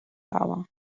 lava